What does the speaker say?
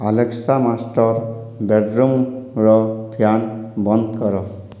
Alexa master ବେଡ଼ରୁମର fan ବନ୍ଦ କର